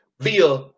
via